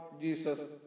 Jesus